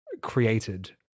created